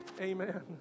Amen